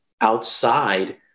outside